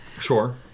Sure